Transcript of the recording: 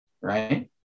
right